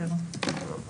בבקשה.